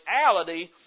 reality